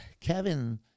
Kevin